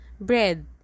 bread